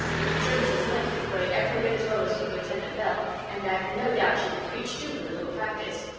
i'm sure mrs. lynde can pray every bit as well as superintendent bell and i've no doubt she could preach too with a little practice.